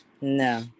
No